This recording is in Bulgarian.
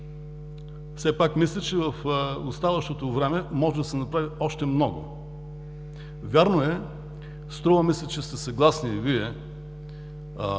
Все пак мисля, че в оставащото време може да се направи още много, много. Вярно е, струва ми се, че сте съгласни и Вие,